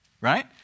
right